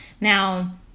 now